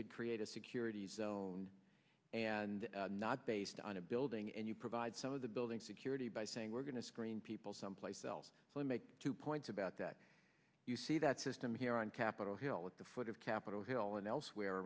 could create a security zone and not based on a building you provide some of the building security by saying we're going to screen people someplace else so we make two points about that you see that system here on capitol hill at the foot of capitol hill and elsewhere